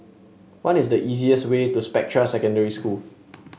what is the easiest way to Spectra Secondary School